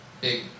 big